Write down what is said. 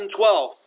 2012